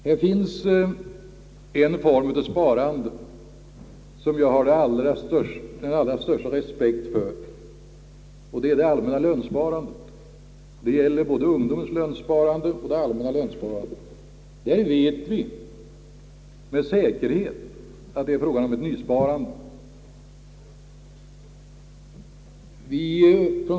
Det finns en form av sparande som jag har den allra största respekt för, och det är lönsparandet. Det gäller både ungdomens lönsparande och det allmänna lönsparandet. Där vet vi med säkerhet att det är fråga om ett nysparande.